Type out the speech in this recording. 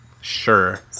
Sure